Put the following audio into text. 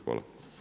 Hvala.